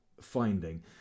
finding